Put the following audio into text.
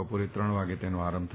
બપોરે ત્રણ વાગે તેનો આરંભ થશે